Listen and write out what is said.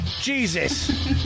Jesus